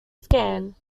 scan